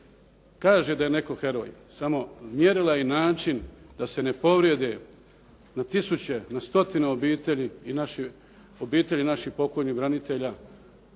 kaže da je netko heroj. Samo mjerila i način da se ne povrijede na tisuće, na stotine obitelji i obitelji naših pokojnih branitelja,